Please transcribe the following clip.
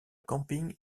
camping